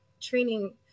training